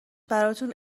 براتون